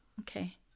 okay